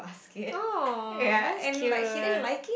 oh that's cute